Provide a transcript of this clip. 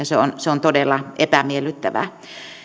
se on se on todella epämiellyttävää